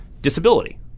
Disability